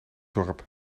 dorp